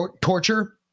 torture